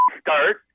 start